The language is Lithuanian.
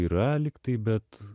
yra lyg tai bet